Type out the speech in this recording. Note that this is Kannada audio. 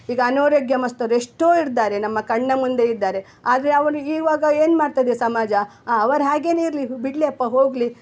ಈಗ ಅನಾರೋಗ್ಯಮಸ್ತರೆಷ್ಟೋ ಇದ್ದಾರೆ ನಮ್ಮ ಕಣ್ಣ ಮುಂದೆ ಇದ್ದಾರೆ ಆದರೆ ಅವ್ರಿಗೆ ಈವಾಗ ಏನ್ಮಾಡ್ತದೆ ಸಮಾಜ ಅವರ ಹಾಗೆಯೇ ಇರಲಿ ಬಿಡಲಿ ಅಪ್ಪ ಹೋಗಲಿ